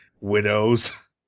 widows